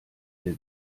wir